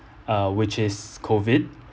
uh which is COVID